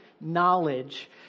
knowledge